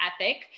ethic